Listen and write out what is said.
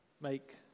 make